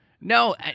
No